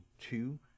two